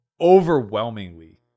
overwhelmingly